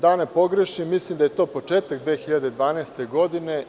Da ne pogrešim, mislim da je to početak 2012. godine.